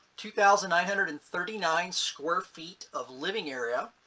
two thousand nine hundred and thirty nine square feet of living area.